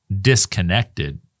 disconnected